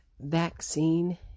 vaccine